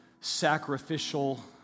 sacrificial